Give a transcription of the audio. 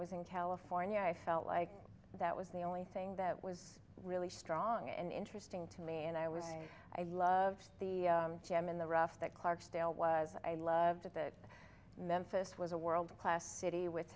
was in california i felt like that was the only thing that was really strong and interesting to me and i was i loved the jam in the rough that clarksdale was a love that memphis was a world class city with